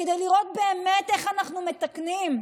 כדי לראות באמת איך אנחנו מתקנים,